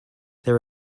there